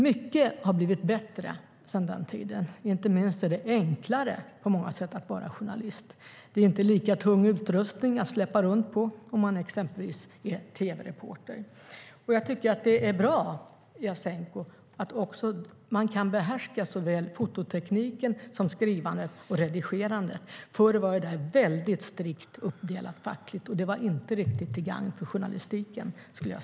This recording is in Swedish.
Mycket har blivit bättre sedan dess. Inte minst är det på många sätt enklare att vara journalist. Det är inte lika tung utrustning att släpa runt på om man exempelvis är tv-reporter. Det är bra, Jasenko, att man kan behärska såväl fototekniken som skrivandet och redigerandet. Förr var det strikt uppdelat fackligt, och det var inte till gagn för journalistiken.